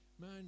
man